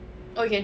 oh you can